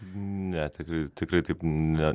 ne tikrai tikrai taip ne